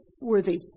worthy